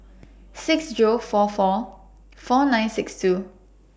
six Zero four four four nine six two